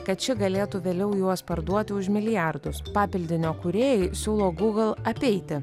kad šie galėtų vėliau juos parduoti už milijardus papildinio kūrėjai siūlo google apeiti